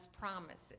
promises